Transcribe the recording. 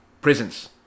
prisons